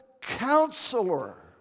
counselor